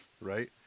Right